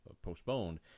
Postponed